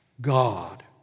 God